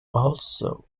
also